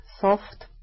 soft